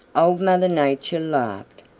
old mother nature laughed.